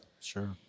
sure